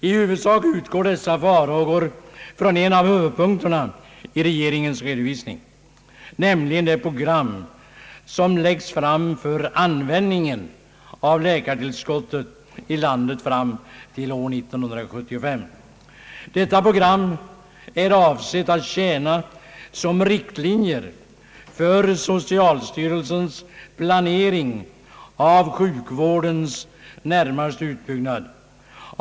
I huvudsak hänför sig dessa farhågor till en av huvudpunkterna i regeringens redovisning, nämligen det program som läggs fram när det gäller användningen av läkartillskottet i landet fram till år 1975. Detta program är avsett att tjäna som riktlinje för socialstyrelsens planering av sjukvårdens närmaste utbyggnad.